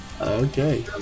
Okay